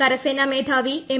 കരസേനാ മേധാവി എം